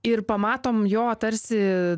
ir pamatom jo tarsi